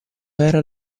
era